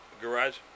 garage